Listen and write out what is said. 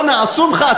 יש ועוד איך.